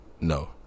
No